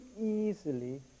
easily